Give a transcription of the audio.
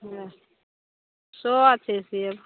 हूँ सए छै सेब